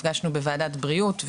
נפגשנו בוועדת בריאות,